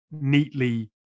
neatly